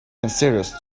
considers